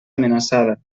amenaçada